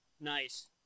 Nice